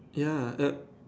ya uh